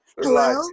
hello